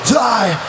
die